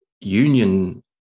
union